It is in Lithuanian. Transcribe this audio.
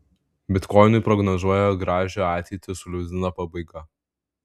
bitkoinui prognozuoja gražią ateitį su liūdna pabaiga